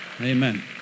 Amen